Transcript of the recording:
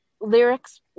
Lyrics